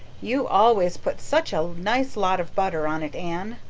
you always put such a nice lot of butter on it, anne.